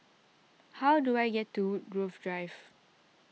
how do I get to Woodgrove Drive